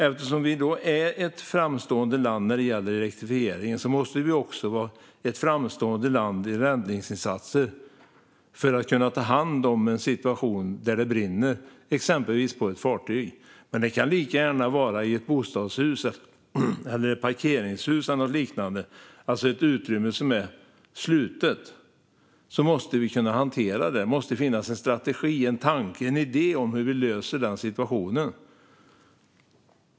Eftersom vi är ett framstående land när det gäller elektrifiering måste vi också vara ett framstående land när det gäller räddningsinsatser för att kunna ta hand om en situation där det brinner, exempelvis på ett fartyg. Det kan dock lika gärna vara i ett bostadshus, i ett parkeringshus eller något liknande - alltså i ett slutet utrymme. Vi måste kunna hantera detta. Det måste finnas en strategi, en tanke och en idé om hur vi löser den situationen.